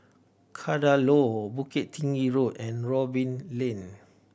Kadaloor Bukit Tinggi Road and Robin Lane